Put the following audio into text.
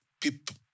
people